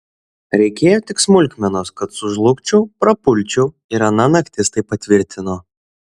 reikėjo tik smulkmenos kad sužlugčiau prapulčiau ir ana naktis tai patvirtino